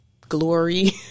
glory